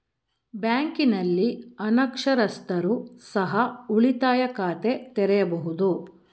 ಬ್ಯಾಂಕಿನಲ್ಲಿ ಅನಕ್ಷರಸ್ಥರು ಸಹ ಉಳಿತಾಯ ಖಾತೆ ತೆರೆಯಬಹುದು?